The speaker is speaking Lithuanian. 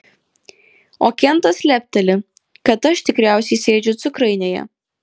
o kentas lepteli kad aš tikriausiai sėdžiu cukrainėje